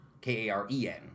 K-A-R-E-N